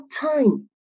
time